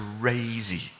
crazy